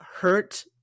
hurt